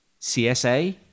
CSA